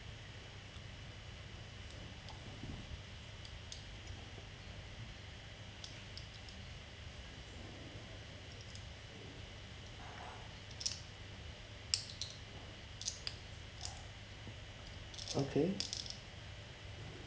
okay